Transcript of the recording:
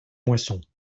moissons